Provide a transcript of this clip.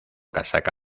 casaca